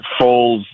Foles